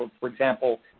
for example,